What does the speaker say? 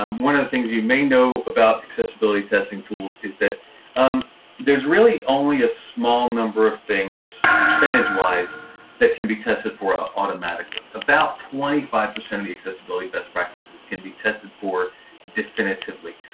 um one of the things you may know about accessibility testing tools is that there's really only a small number of things percentagewise that can be tested for ah automatically. about twenty five percent of the accessibility best practices can be tested for definitively.